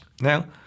Now